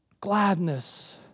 Gladness